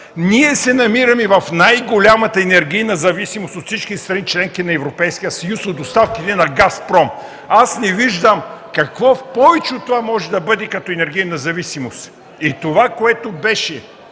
ние се намираме в най-голямата енергийна зависимост от всички страни – членки на Европейския съюз, от доставките на „Газпром”. Аз не виждам какво повече от това може да бъде като енергийна зависимост. (Силен шум